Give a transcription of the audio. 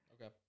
Okay